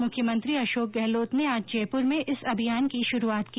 मुख्यमंत्री अशोक गहलोत ने आज जयपुर में इस अभियान की शुरूआत की